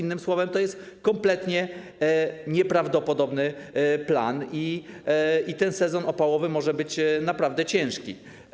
Innymi słowy, to jest kompletnie nieprawdopodobny plan i ten sezon opałowy może być naprawdę ciężki.